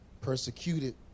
Persecuted